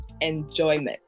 enjoyment